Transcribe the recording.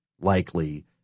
likely